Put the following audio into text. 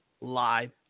live